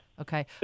Okay